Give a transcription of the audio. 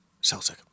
Celtic